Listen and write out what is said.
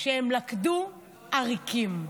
שהם לכדו עריקים.